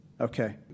Okay